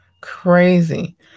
crazy